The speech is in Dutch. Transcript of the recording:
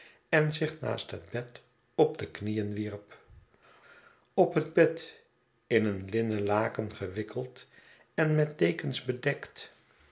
en zich naast het bed op de knieen wierp op het bed in een linnen laken gewikkeld en met dekens bedekt